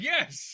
Yes